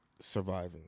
surviving